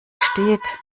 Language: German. steht